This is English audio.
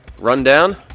rundown